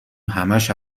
همش